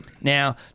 Now